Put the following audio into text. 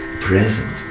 present